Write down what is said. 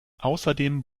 außerdem